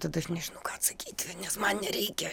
tada aš nežinau ką atsakyti nes man nereikia